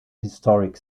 historic